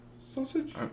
Sausage